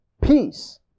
peace